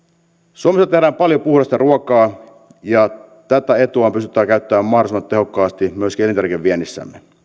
suomessa tehdään paljon puhdasta ruokaa ja tätä etua on pystyttävä käyttämään mahdollisimman tehokkaasti myöskin elintarvikeviennissämme